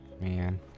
Man